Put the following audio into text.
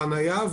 חניה,